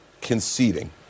conceding